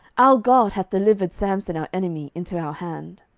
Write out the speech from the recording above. our god hath delivered samson our enemy into our hand.